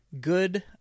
good